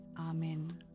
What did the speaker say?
Amen